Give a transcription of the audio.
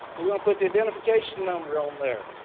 we're going to put the identification number on there,